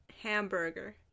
Hamburger